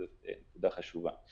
זו נקודה חשובה.